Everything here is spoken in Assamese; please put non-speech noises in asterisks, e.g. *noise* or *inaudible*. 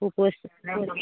উপস্ত *unintelligible*